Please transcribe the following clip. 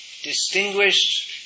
distinguished